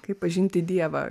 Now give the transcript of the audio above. kaip pažinti dievą